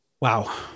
wow